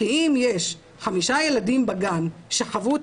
כי אם יש חמישה ילדים בגן שחוו את